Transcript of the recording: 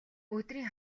өдрийн